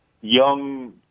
young